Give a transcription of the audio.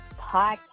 Podcast